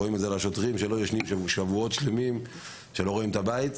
רואים את זה על השוטרים שלא ישנים שבועות שלמים ולא רואים את הבית.